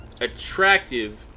Attractive